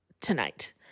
tonight